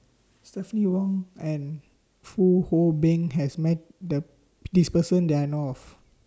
Stephanie Wong and Fong Hoe Beng has Met The This Person that I know of